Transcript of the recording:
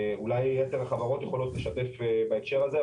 אולי יתר החברות יכולות לשתף בהקשר הזה,